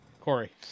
Corey